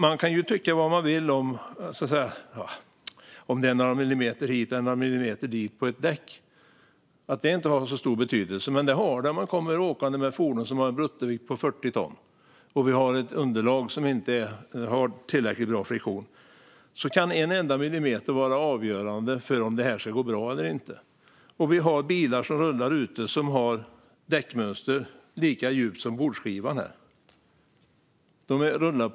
Man kan tycka vad man vill om att några millimeter hit eller dit på ett däck inte skulle ha så stor betydelse, men det har de om man åker med ett fordon med en bruttovikt på 40 ton och det är inte tillräckligt bra friktion på underlaget. En enda millimeter kan vara avgörande för om det ska gå bra eller inte. Det finns bilar som rullar med däckmönster lika djupt som ytan på bordsskivan på talarstolen.